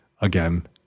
again